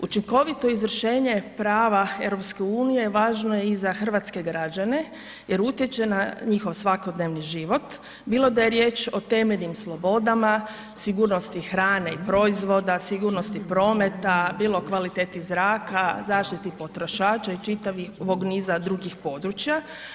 Učinkovito izvršenje prava EU važno je i za hrvatske građane jer utječe na njihov svakodnevni život, bilo da je riječ o temeljnim slobodama, sigurnosti hrane i proizvoda, sigurnosti prometa, bilo kvaliteti zraka, zaštiti potrošača i čitavog niza drugih područja.